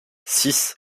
six